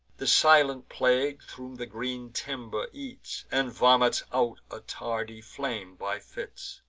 the silent plague thro' the green timber eats, and vomits out a tardy flame by fits.